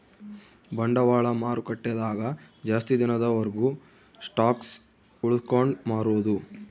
ಬಂಡವಾಳ ಮಾರುಕಟ್ಟೆ ದಾಗ ಜಾಸ್ತಿ ದಿನದ ವರ್ಗು ಸ್ಟಾಕ್ಷ್ ಉಳ್ಸ್ಕೊಂಡ್ ಮಾರೊದು